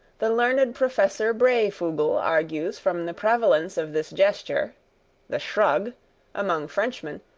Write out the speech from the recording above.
the learned professor brayfugle argues from the prevalence of this gesture the shrug among frenchmen,